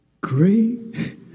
great